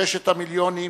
ששת המיליונים,